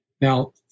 Now